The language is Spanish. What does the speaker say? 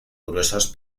gruesos